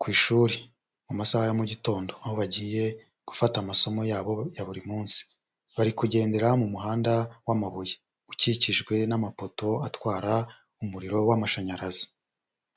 ku ishuri mu masaha ya mugitondo, aho bagiye gufata amasomo yabo ya buri munsi, bari kugendera mu muhanda wamabuye, ukikijwe n'amapoto atwara umuriro w'amashanyarazi.